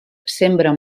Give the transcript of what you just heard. sembra